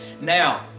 Now